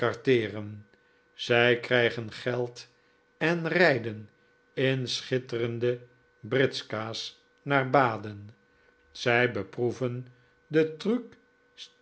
ecarteeren zij krijgen geld en rijden in schitterende britzka's naar baden zij beproeven den true